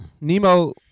Nemo